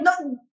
No